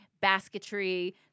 basketry